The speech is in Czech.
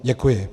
Děkuji.